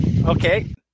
Okay